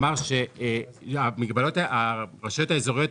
אמר שלגבי 2023,